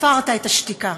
הפרת את השתיקה.